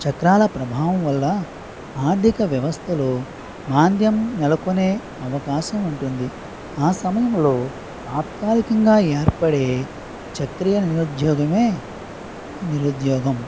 చక్రాల ప్రభావం వల్ల ఆర్థిక వ్యవస్థలో మాంద్యం నెలకొనే అవకాశం ఉంటుంది ఆ సమయంలో తాత్కాలికంగా ఏర్పడే చక్రియ నిరుద్యోగమే ఈ నిరుద్యోగం